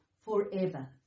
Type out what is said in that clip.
forever